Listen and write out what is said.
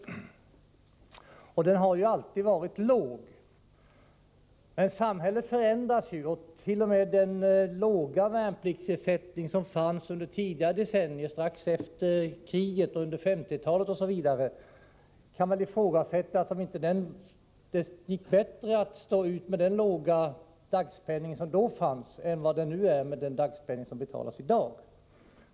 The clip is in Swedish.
Denna ersättning har alltid varit låg, men samhället förändras ju, och det kan t.o.m. ifrågasättas, om det inte gick bättre att stå ut med den låga dagspenning som fanns under tidigare decennier — strax efter kriget, under 1950-talet osv. — än vad det är nu med den som betalas i dag.